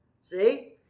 see